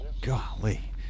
golly